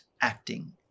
acting